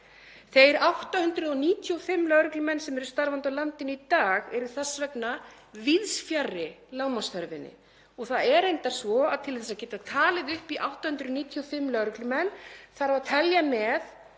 Þeir 895 lögreglumenn sem eru starfandi á landinu í dag eru þess vegna víðs fjarri lágmarksþörfinni og það er reyndar svo að til þess að geta talið upp í 895 lögreglumenn þarf að telja með